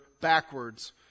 backwards